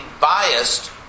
biased